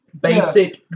Basic